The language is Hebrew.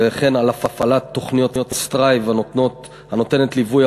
וכן על הפעלת תוכניות "סטרייב" הנותנות ליווי